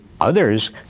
others